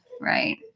right